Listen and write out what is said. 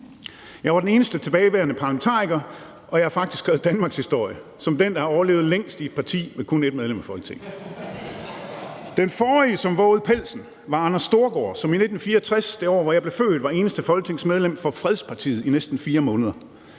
Jeg var den eneste tilbageværende parlamentariker, og jeg har faktisk skrevet danmarkshistorie som den, der har overlevet længst i et parti med kun et medlem af Folketinget. (Munterhed). Den forrige, som vovede pelsen, var Anders Storgaard, som i 1964 – det år, hvor jeg blev født – var eneste folketingsmedlem for Fredspolitisk Folkeparti i næsten 4 måneder.